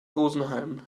rosenheim